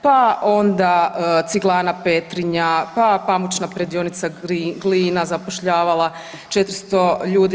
Pa onda Ciglana Petrinja, pa pamučna predionica Glina zapošljavala 400 ljudi.